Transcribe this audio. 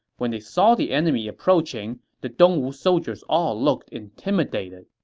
when they saw the enemy approaching, the dongwu soldiers all looked intimidated.